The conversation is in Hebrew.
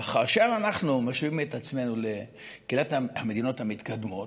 וכאשר אנחנו משווים את עצמנו לקהילת המדינות המתקדמות,